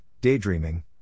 daydreaming